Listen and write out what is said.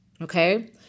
Okay